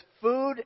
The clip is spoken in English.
food